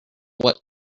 what